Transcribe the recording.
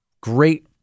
great